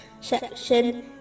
section